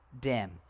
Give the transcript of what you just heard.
dim